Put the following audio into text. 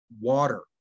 water